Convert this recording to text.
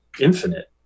infinite